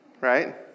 right